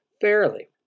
fairly